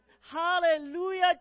Hallelujah